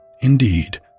indeed